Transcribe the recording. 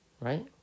right